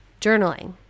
Journaling